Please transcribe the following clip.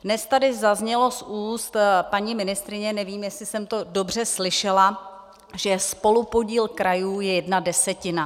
Dnes tady zaznělo z úst paní ministryně, nevím, jestli jsem to dobře slyšela, že spolupodíl krajů je jedna desetina.